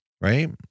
Right